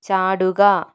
ചാടുക